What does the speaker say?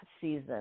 season